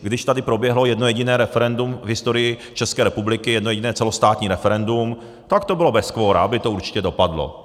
Když tady proběhlo jedno jediné referendum v historii České republiky, jedno jediné celostátní referendum, tak to bylo bez kvora, aby to určitě dopadlo.